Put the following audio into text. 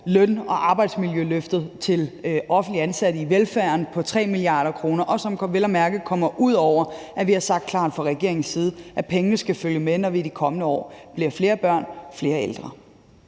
løn- og arbejdsmiljøløftet til de offentligt ansatte i velfærden på 3 mia. kr., og som vel at mærke kommer ud over, at vi fra regeringens side klart har sagt, at pengene skal følge med, når vi i de kommende år bliver flere børn og flere ældre.